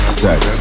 sex